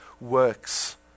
works